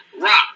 Rock